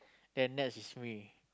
then next is me